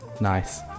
nice